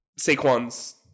Saquon's